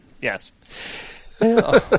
Yes